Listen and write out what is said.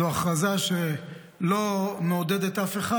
זו הכרזה שלא מעודדת אף אחד,